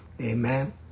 Amen